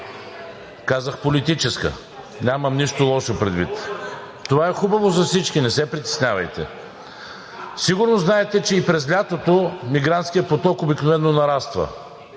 Казах „политическа“. Нямам нищо лошо предвид. Това е хубаво за всички, не се притеснявайте. Сигурно знаете, че и през лятото мигрантският поток обикновено нараства.